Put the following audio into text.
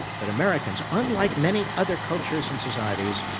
that americans, unlike many other cultures and societies,